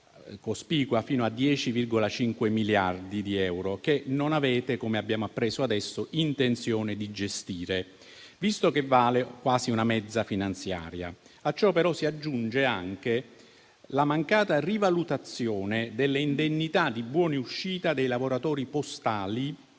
cospicua fino a 10,5 miliardi di euro che, come abbiamo appreso adesso, non avete intenzione di gestire visto che vale quasi una mezza finanziaria. A ciò però si aggiunge anche la mancata rivalutazione delle indennità di buonuscita dei lavoratori postali